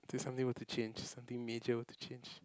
to something were to change something major were to change